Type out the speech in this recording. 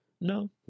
No